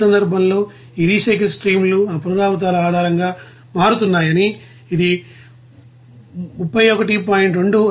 ఈ సందర్భంలో ఈ రీసైకిల్ స్ట్రీమ్లు ఆ పునరావృతాల ఆధారంగా మారుతున్నాయని ఇది 31